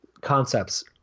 concepts